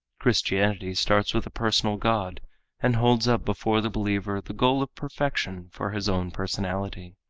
christianity starts with a personal god and holds up before the believer the goal of perfection for his own personality.